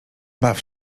baw